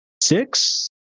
six